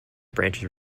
branches